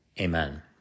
Amen